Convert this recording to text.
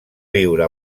viure